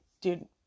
dude